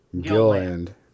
Gilland